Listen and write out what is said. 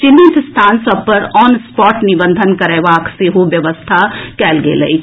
चिन्हित स्थान सभ पर ऑन स्पॉट निबंधन करयबाक सेहो व्यवस्था कयल गेल अछि